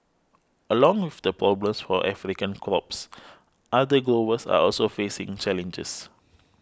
along with the problems for African crops other growers are also facing challenges